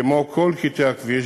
כמו כל קטעי הכביש,